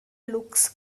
looks